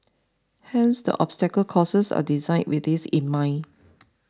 hence the obstacle courses are designed with this in mind